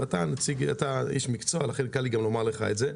ואתה איש מקצוע לכן קל לי גם לומר לך את זה,